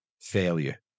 failure